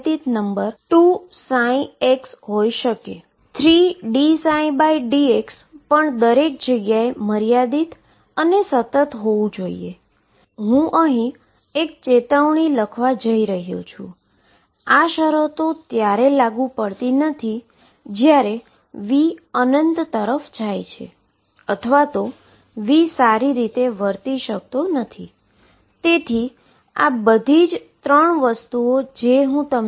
તેનો અર્થ એ થાય કે આ પોતે x બરાબર Ae mω2ℏx2 થાય છે જે આઈગન ફંક્શન છે કારણ કે તે આઈગન વેલ્યુ E n બરાબર ℏω2 છે